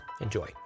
Enjoy